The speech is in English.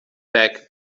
back